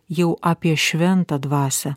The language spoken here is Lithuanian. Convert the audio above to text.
jau apie šventą dvasią